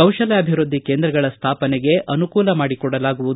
ಕೌಶಲ್ಕಾಭಿವೃದ್ಧಿ ಕೇಂದ್ರಗಳ ಸ್ಥಾಪನೆಗೆ ಅನುಕೂಲ ಮಾಡಿಕೊಡಲಾಗುವುದು